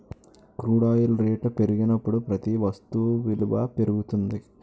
crude oil రేట్లు పెరిగినప్పుడు ప్రతి వస్తు విలువ పెరుగుతుంది